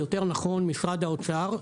יותר נכון משרד האוצר,